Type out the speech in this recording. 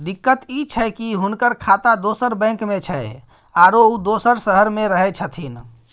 दिक्कत इ छै की हुनकर खाता दोसर बैंक में छै, आरो उ दोसर शहर में रहें छथिन